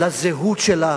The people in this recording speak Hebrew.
לזהות שלה,